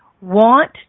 want